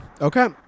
Okay